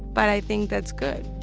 but i think that's good